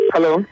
Hello